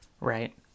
right